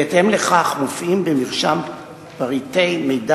בהתאם לכך מופיעים במרשם פריטי מידע